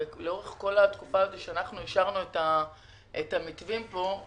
לאורך כל התקופה הזאת שאישרנו את המתווים פה,